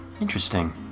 Interesting